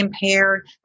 impaired